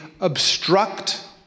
obstruct